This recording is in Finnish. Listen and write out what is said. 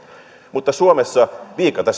mutta suomessa viikate